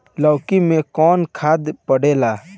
लौकी में कौन खाद पड़ेला?